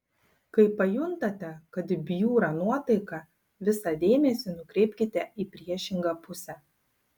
kai pajuntate kad bjūra nuotaika visą dėmesį nukreipkite į priešingą pusę